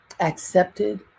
accepted